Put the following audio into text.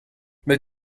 mais